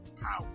power